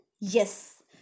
Yes